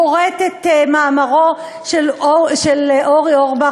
קוראת את מאמרו של אורי אורבך,